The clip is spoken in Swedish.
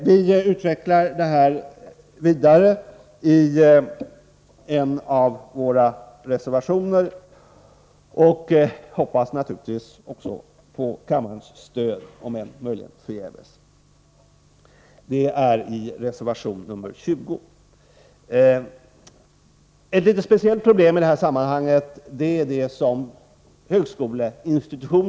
Vi vidareutvecklar detta i reservation 20 och hoppas naturligtvis också på kammarens stöd på den här punkten, om än möjligen förgäves. Universitetsoch högskoleinstitutionerna har i det här sammanhanget ett litet speciellt problem.